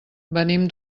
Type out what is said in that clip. venim